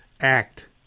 act